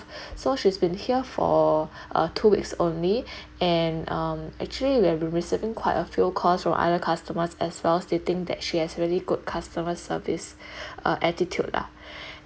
so she's been here for uh two weeks only and um actually we've been receiving quite a few calls from other customers as well stating that she has really good customer service uh attitude lah